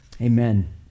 Amen